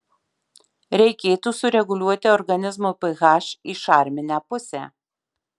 reikėtų sureguliuoti organizmo ph į šarminę pusę